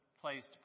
placed